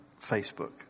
Facebook